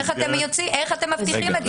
איך אתם מבטיחים את זה?